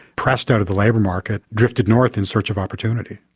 pressed out of the labour market, drifted north in search of opportunity.